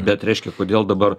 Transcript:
bet reiškia kodėl dabar